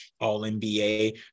all-NBA